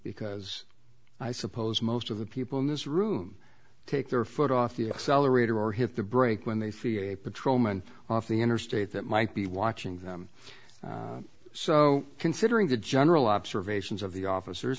because i suppose most of the people in this room take their foot off the accelerator or hit the brake when they feel patrolmen off the interstate that might be watching them so considering the general observations of the officers